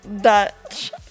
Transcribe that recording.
Dutch